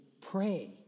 pray